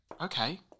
Okay